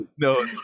no